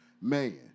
Man